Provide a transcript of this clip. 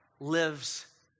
lives